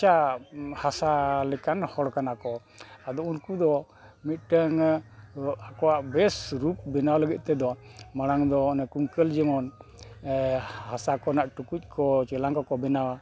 ᱠᱟᱸᱪᱟ ᱦᱟᱥᱟ ᱞᱮᱠᱟᱱ ᱦᱚᱲ ᱠᱟᱱᱟ ᱠᱚ ᱟᱫᱚ ᱩᱱᱠᱩ ᱫᱚ ᱢᱤᱫᱴᱟᱝ ᱟᱠᱚᱣᱟᱜ ᱵᱮᱥ ᱨᱩᱯ ᱵᱮᱱᱟᱣ ᱞᱟᱹᱜᱤᱫ ᱛᱮᱫᱚ ᱢᱟᱲᱟᱝ ᱫᱚ ᱚᱱᱮ ᱠᱩᱝᱠᱟᱹᱞ ᱡᱮᱢᱚᱱ ᱦᱟᱥᱟ ᱠᱷᱚᱱᱟᱜ ᱴᱩᱠᱩᱡ ᱠᱚ ᱪᱮᱞᱟᱝ ᱠᱚᱠᱚ ᱵᱮᱱᱟᱣᱟ